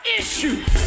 issues